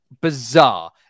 bizarre